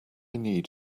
need